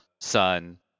sun